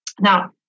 Now